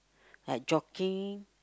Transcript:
and jogging